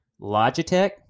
Logitech